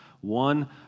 One